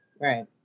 Right